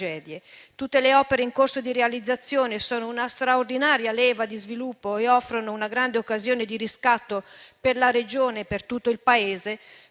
Tutte le opere in corso di realizzazione sono una straordinaria leva di sviluppo e offrono una grande occasione di riscatto per la Regione e per tutto il Paese.